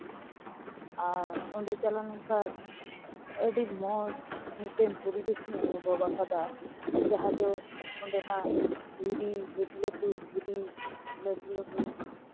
ᱟᱨ ᱚᱸᱰᱮ ᱪᱟᱞᱟᱣ ᱞᱮᱱ ᱠᱷᱟᱱ ᱟᱹᱰᱤ ᱢᱚᱡᱽ ᱢᱤᱫᱴᱮᱱ ᱯᱚᱨᱤᱵᱮᱥᱤᱧ ᱚᱱᱩᱵᱷᱚᱵᱟᱠᱟᱫᱟ ᱡᱟᱦᱟᱸ ᱫᱚ ᱚᱸᱰᱮᱱᱟᱜ ᱫᱷᱤᱨᱤ ᱞᱟᱹᱴᱩ ᱞᱟᱹᱴᱩ ᱫᱷᱤᱨᱤ ᱞᱟᱹᱴᱩ ᱞᱟᱹᱴᱩ